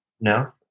No